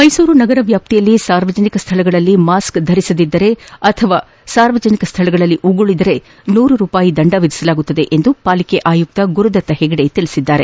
ಮೈಸೂರು ನಗರ ವ್ಯಾಪ್ತಿಯಲ್ಲಿ ಸಾರ್ವಜನಿಕ ಸ್ವಳಗಳಲ್ಲಿ ಮಾಸ್ಕ್ ಧರಿಸದಿದ್ದರೆ ಅಥವಾ ಉಗುಳಿದರೆ ನೂರು ರೂಪಾಯಿ ದಂಡ ವಿಧಿಸಲಾಗುವುದು ಎಂದು ಪಾಲಿಕೆ ಆಯುಕ್ತ ಗುರುದತ್ ಹೆಗಡೆ ಹೇಳಿದ್ದಾರೆ